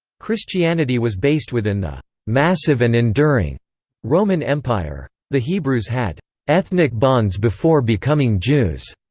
christianity was based within the massive and enduring roman empire. the hebrews had ethnic bonds before becoming jews.